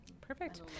perfect